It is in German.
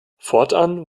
fortan